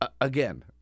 again